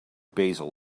basil